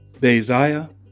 Beziah